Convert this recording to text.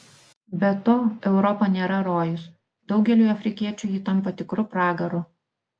be to europa nėra rojus daugeliui afrikiečių ji tampa tikru pragaru